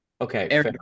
Okay